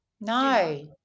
No